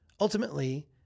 Ultimately